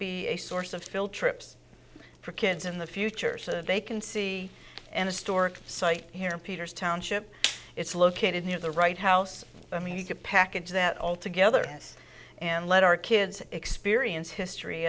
be a source of still troops for kids in the future so that they can see and historic site here peters township it's located near the right house i mean you could package that all together and let our kids experience history